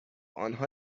آنها